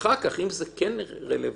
אם זה רלוונטי,